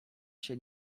się